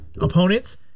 opponents